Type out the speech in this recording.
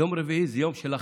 יום רביעי זה יום של הח"כים,